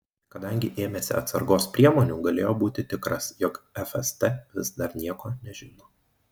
kadangi ėmėsi atsargos priemonių galėjo būti tikras jog fst vis dar nieko nežino